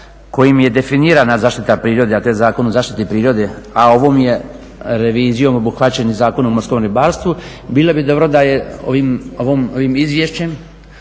kojim je definirana zaštita prirode, a to je Zakon o zaštiti prirode, a ovom je revizijom obuhvaćen i Zakon o morskom ribarstvu, bilo bi dobro da je ovim izvješćem